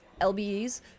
LBEs